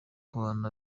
abana